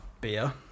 Beer